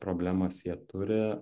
problemas jie turi